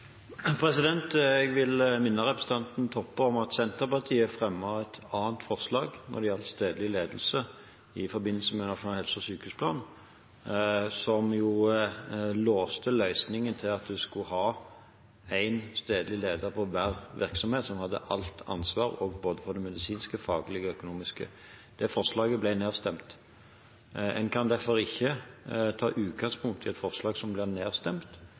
meinte? Jeg vil minne representanten Toppe om at Senterpartiet fremmet et annet forslag når det gjaldt stedlig ledelse, i forbindelse med Nasjonal helse- og sykehusplan, som låste løsningen til at en skulle ha én stedlig leder ved hver virksomhet, som hadde alt ansvar for både det medisinske, det faglige og det økonomiske. Det forslaget ble nedstemt. En kan derfor ikke ta utgangspunkt i et forslag som ble nedstemt,